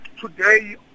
today